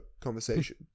conversation